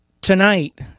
tonight